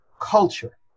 culture